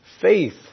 Faith